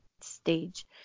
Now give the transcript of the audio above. stage